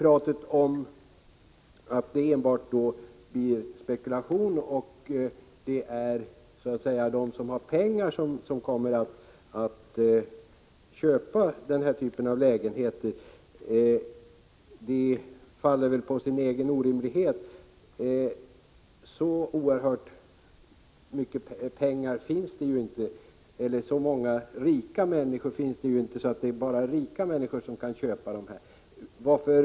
Talet om att det då enbart blir spekulation och att det är de som har pengar som kommer att köpa den här typen av lägenheter faller på sin egen orimlighet. Så många rika människor finns det inte att det bara är rika som kan köpa sådana här lägenheter.